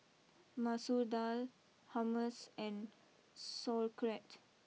Masoor Dal Hummus and Sauerkraut